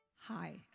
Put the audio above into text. Hi